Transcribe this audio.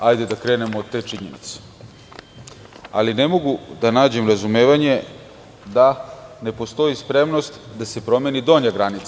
Hajde da krenemo od te činjenice, ali ne mogu da nađem razumevanje da ne postoji spremnost da se promeni donja granica.